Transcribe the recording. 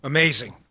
Amazing